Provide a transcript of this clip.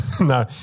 No